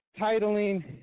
titling